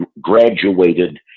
graduated